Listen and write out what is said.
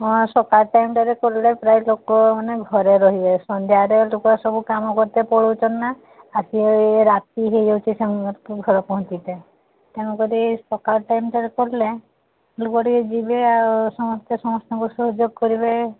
ହଁ ସକାଳ ଟାଇମ୍ଟାରେ କଲେ ପ୍ରାୟ ଲୋକମାନେ ଘରେ ରହିବେ ସନ୍ଧ୍ୟାବେଳେ ଲୋକ ସବୁ କାମ କରତେ ପଳାଉଚନ୍ତି ନା ଆସିଲେ ରାତି ହେଇଯାଉଛି ସମସ୍ତେ ଘରେ ପହଞ୍ଚିଲେ ତେଣୁ କରି ସକାଳ ଟାଇମ୍ଟାରେ କଲେ ଲୋକ ଟିକେ ଯିବେ ଆଉ ସମସ୍ତେ ସମସ୍ତଙ୍କ ସହଯୋଗ କରିବେ